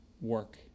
work